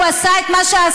הוא עשה את מה שעשה,